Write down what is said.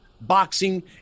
boxing